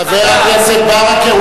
חבר הכנסת ברכה,